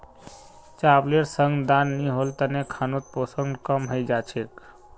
चावलेर संग दाल नी होल तने खानोत पोषण कम हई जा छेक